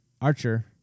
Archer